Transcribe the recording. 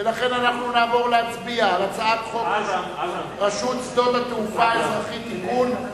ולכן אנחנו נעבור להצביע על הצעת חוק רשות התעופה האזרחית (תיקון),